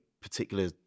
particular